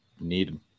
need